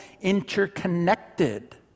interconnected